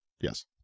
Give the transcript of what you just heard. Yes